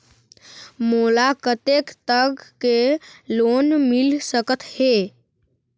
मोला कतेक तक के लोन मिल सकत हे?